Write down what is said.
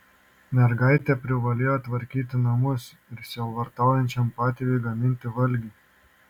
mergaitė privalėjo tvarkyti namus ir sielvartaujančiam patėviui gaminti valgį